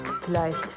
Vielleicht